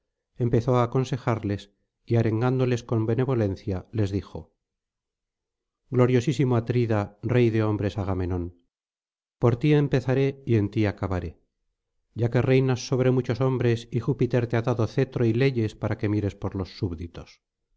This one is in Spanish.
empezó á aconsejarles y arengándoles con benevolencia les dijo gloriosísimo atrida rey de hombres agamenón por ti empezaré y en ti acabaré ya que reinas sobre muchos hombres y júpiter te ha dado cetro y leyes para que mires por los subditos